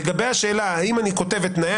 לגבי השאלה האם אני כותב את תנאי